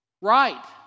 right